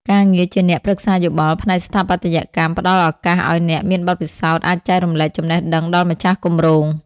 ការងារជាអ្នកប្រឹក្សាយោបល់ផ្នែកស្ថាបត្យកម្ម ផ្ដល់ឱកាសឱ្យអ្នកមានបទពិសោធន៍អាចចែករំលែកចំណេះដឹងដល់ម្ចាស់គម្រោង។